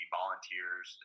volunteers